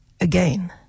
again